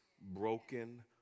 broken